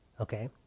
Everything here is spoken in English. Okay